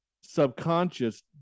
subconscious